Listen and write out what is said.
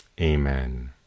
Amen